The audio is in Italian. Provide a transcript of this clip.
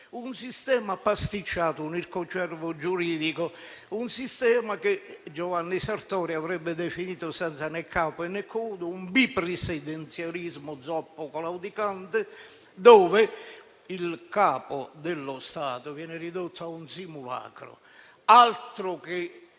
un sistema pasticciato, un ircocervo giuridico, un sistema che Giovanni Sartori avrebbe definito senza né capo, né coda, un bi-presidenzialismo zoppo e claudicante in cui il Capo dello Stato viene ridotto a un simulacro. Altro che